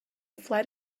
flight